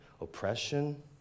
oppression